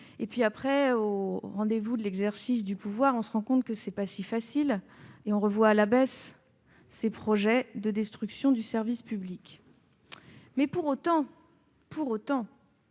Puis, au rendez-vous de l'exercice du pouvoir, on se rend compte que les choses ne sont pas si faciles et on revoit à la baisse les projets de destruction du service public. Pour autant, même si,